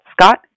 Scott